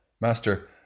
master